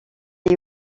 est